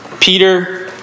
Peter